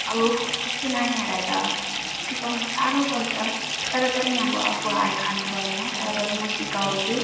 अब त्यस्तो नानीहरूलाई त सिकाउनु साह्रो पर्छ तर पनि अब आफू हार खानु भएन तर पनि म सिकाउँछु